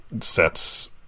sets